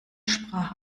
sprach